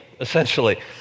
essentially